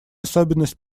особенность